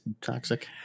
toxic